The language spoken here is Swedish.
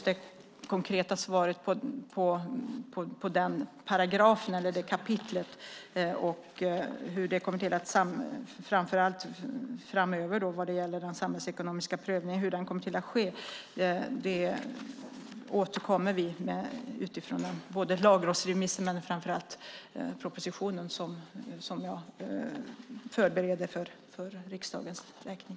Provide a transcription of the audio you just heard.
Det konkreta svaret på hur just den paragrafen eller det kapitlet om den samhällsekonomiska prövningen kommer att se ut framför allt framöver återkommer vi utifrån en lagrådsremiss med i propositionen som jag förbereder för riksdagens räkning.